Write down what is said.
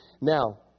Now